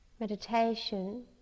meditation